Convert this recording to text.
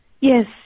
Yes